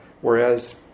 whereas